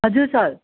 हजुर सर